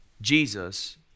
Jesus